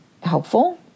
helpful